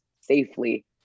safely